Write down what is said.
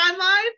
timeline